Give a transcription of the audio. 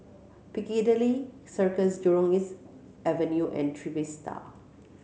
Piccadilly Circus Jurong East Avenue and Trevista